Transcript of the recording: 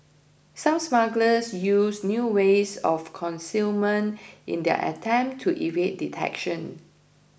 some smugglers used new ways of concealment in their attempts to evade detection